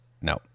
no